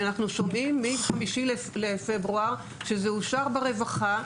כי אנחנו שומעים מ-5 בפברואר שזה אושר ברווחה,